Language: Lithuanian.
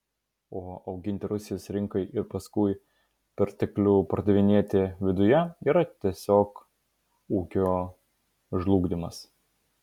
o auginti rusijos rinkai ir paskui perteklių pardavinėti viduje yra tiesiog ūkio žlugdymas